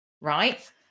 right